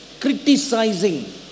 Criticizing